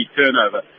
turnover